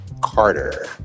Carter